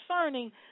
concerning